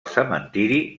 cementiri